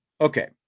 Okay